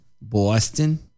Boston